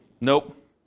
Nope